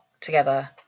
together